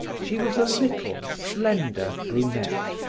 she was a little, slender brunette,